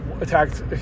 attacked